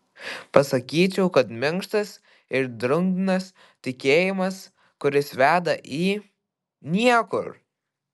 pasakyčiau kad minkštas ir drungnas tikėjimas kuris veda į niekur